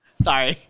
sorry